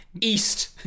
East